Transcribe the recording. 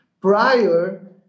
prior